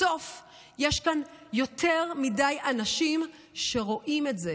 בסוף יש כאן יותר מדי אנשים שרואים את זה,